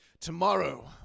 tomorrow